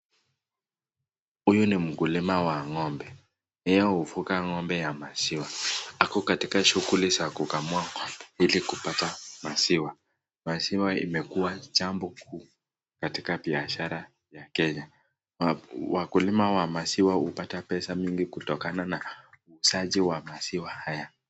Huyu ni mkulima wa ngombe, yeye hufuga ngombe ya maziwa, ako katika shughuli za kukamua ngombe ili aweze kuoata maziwa, maziwa imekua jambo kuu katika biashara ya Kenya. Wakulima wa maziwa hupata pesa mingi kutokana na uuzaji wa maziwa haya.